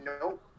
Nope